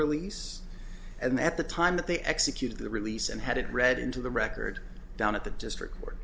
release and at the time that they executed the release and had it read into the record down at the district court